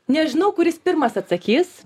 nežinau kuris pirmas atsakys